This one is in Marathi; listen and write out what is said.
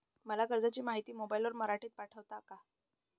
मला कर्जाची माहिती मोबाईलवर मराठीत पाठवता का?